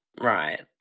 Right